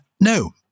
No